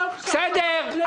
בסדר.